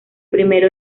primero